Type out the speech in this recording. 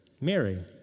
Mary